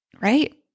right